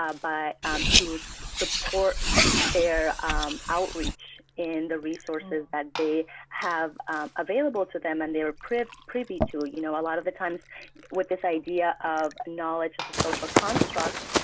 ah but to so support their outreach in the resources that they have available to them. and they were privy privy to, you know, a lot of the times with this idea of knowledge as a social construct,